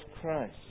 Christ